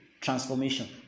transformation